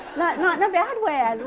not in a bad way.